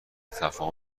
تفاهم